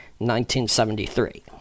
1973